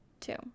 Two